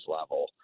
level